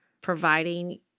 providing